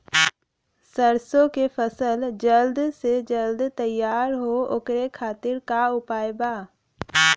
सरसो के फसल जल्द से जल्द तैयार हो ओकरे खातीर का उपाय बा?